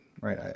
right